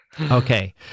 Okay